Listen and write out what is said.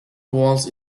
walls